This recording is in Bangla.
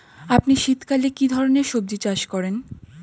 আপনি শীতকালে কী ধরনের সবজী চাষ করেন?